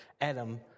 Adam